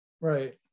Right